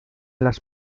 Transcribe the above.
las